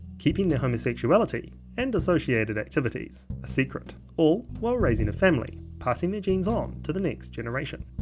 keeping their homosexuality and associated activities, a secret all while raising a family, passing their genes on to the next generation.